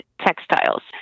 textiles